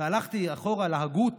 הלכתי אחורה להגות